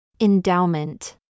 Endowment